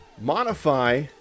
modify